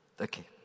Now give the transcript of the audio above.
Okay